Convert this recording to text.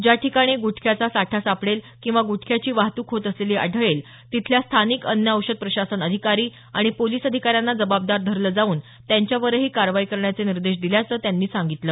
ज्या ठिकाणी गुटख्याचा साठा सापडेल किंवा गुटख्याची वाहतुक होत असलेली आढळेल तिथल्या स्थानिक अन्न औषध प्रशासन अधिकारी आणि पोलीस अधिकाऱ्यांना जबाबदार धरलं जाऊन त्यांच्यावरही कारवाई करण्याचे निर्देश दिल्याचं त्यांनी सांगितलं